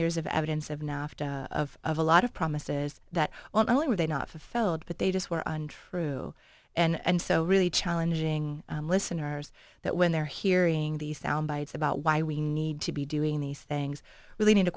years of evidence of nafta of of a lot of promises that well not only were they not felt but they just were untrue and so really challenging listeners that when they're hearing these sound bites about why we need to be doing these things we need to